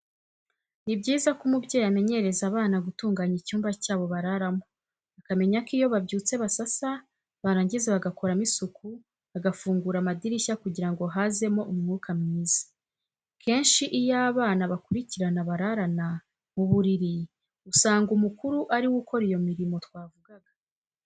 Ni byiza ko umubyeyi amenyereza abana gutunganya icyumba cyabo bararamo, bakamenya ko iyo babyutse basasa barangiza bagakoramo isuku bagafungura amadirishya kugira ngo hazemo umwuka mwiza. Kenshi iyo abana bakurikirana bararana mu buriri usanga umukuru ariwe ukora iyo mirimo twavugaga.